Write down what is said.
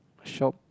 shock